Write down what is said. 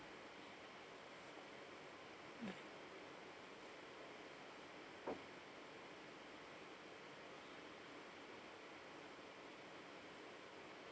mm